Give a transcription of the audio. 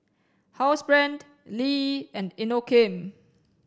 Housebrand Lee and Inokim